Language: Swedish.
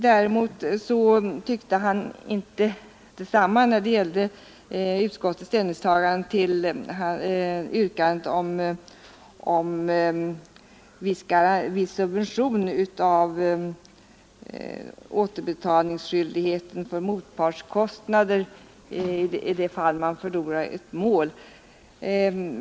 Däremot tyckte han inte detsamma när det gällde utskottets ställningstagande till yrkandet om viss subvention av återbetalningsskyldigheten för motpartskostnader i de fall man förlorar ett mål.